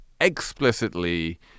explicitly